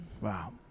Wow